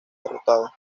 derrotado